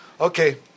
Okay